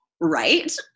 right